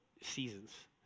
seasons